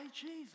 jesus